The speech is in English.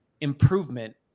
improvement